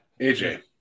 AJ